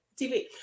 TV